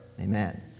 Amen